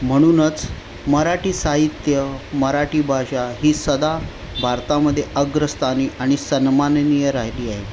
म्हणूनच मराठी साहित्य मराठी भाषा ही सदा भारतामध्ये अग्रस्थानी आणि सन्माननीय राहिली आहे